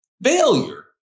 Failure